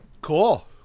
Cool